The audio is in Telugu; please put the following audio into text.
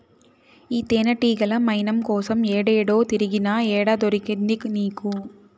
ఈ తేనెతీగల మైనం కోసం ఏడేడో తిరిగినా, ఏడ దొరికింది నీకు